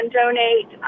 donate